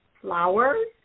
flowers